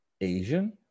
asian